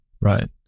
Right